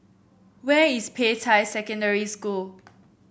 where is Peicai Secondary School